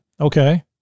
Okay